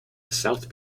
south